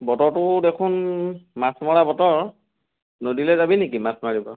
বতৰটো দেখোন মাছ মৰা বতৰ নদীলৈ যাবি নিকি মাছ মাৰিব